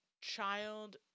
child